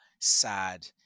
sad